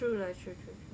true lah true true true true